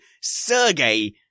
Sergey